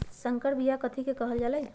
संकर बिया कथि के कहल जा लई?